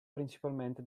principalmente